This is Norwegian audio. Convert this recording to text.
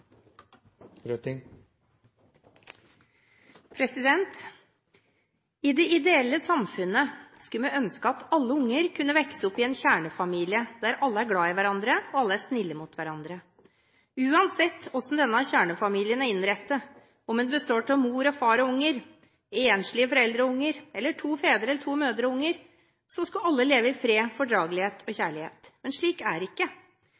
omme. I det ideelle samfunnet skulle vi ønske at alle unger kunne vokse opp i en kjernefamilie der alle er glade i hverandre, og alle er snille mot hverandre. Uansett hvordan denne kjernefamilien er innrettet, om den består av mor og far og unger, enslige foreldre og unger, eller to fedre eller to mødre og unger, skulle alle leve i fred, fordragelighet og kjærlighet. Men slik er